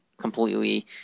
completely